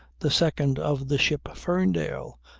the second of the ship ferndale,